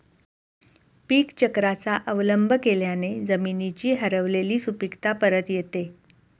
पीकचक्राचा अवलंब केल्याने जमिनीची हरवलेली सुपीकता परत येते